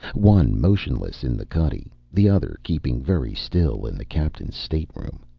one motionless in the cuddy, the other keeping very still in the captain's stateroom.